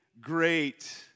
great